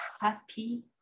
happy